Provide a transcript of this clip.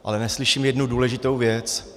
Ale neslyším jednu důležitou věc.